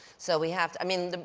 so we have i mean,